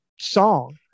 song